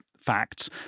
facts